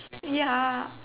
ya